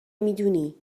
میدونی